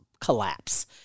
collapse